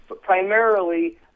Primarily